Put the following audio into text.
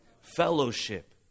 Fellowship